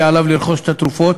יהיה עליו לרכוש את התרופות